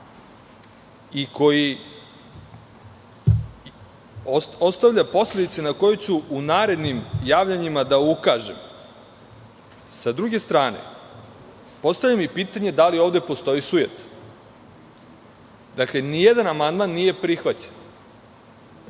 i koji ostavlja posledice na koje ću u narednim javljanjima da ukažem. Sa druge strane, postavljam pitanje da li ovde postoji sujeta? Dakle, nijedan amandman nije prihvaćen.